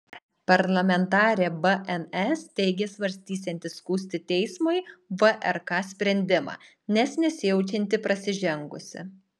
parlamentarė bns teigė svarstysianti skųsti teismui vrk sprendimą nes nesijaučianti prasižengusi